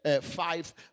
five